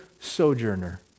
sojourner